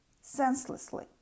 senselessly